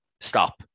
Stop